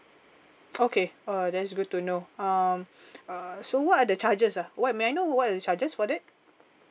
okay uh that's good to know um uh so what are the charges ah what may I know what are the charges for that